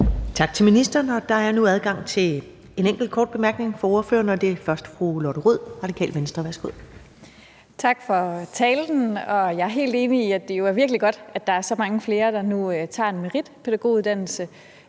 Tak til ministeren. Der er nu adgang til en enkelt kort bemærkning fra ordførerne, og det er først fru Lotte Rod, Radikale Venstre. Værsgo. Kl. 19:06 Lotte Rod (RV): Tak for talen. Jeg er helt enig i, at det jo er virkelig godt, at der er så mange flere, der nu tager en meritpædagoguddannelse.